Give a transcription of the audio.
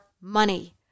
money